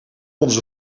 onze